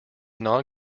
non